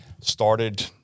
started